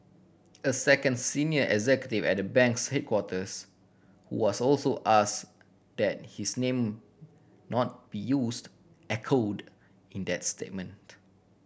a second senior executive at the bank's headquarters who was also asked that his name not be used echoed in that statement